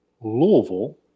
Louisville